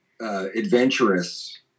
adventurous